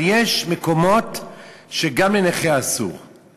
אבל יש מקומות שגם לנכה אסור לחנות.